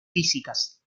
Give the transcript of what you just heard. físicas